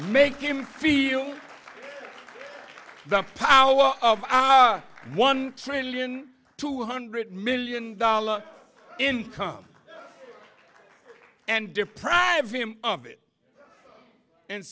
make him feel the power of our one trillion two hundred million dollar income and deprive him of it and